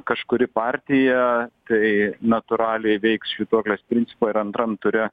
kažkuri partija tai natūraliai veiks švytuoklės principu ir antram ture